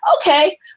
Okay